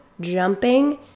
jumping